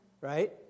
right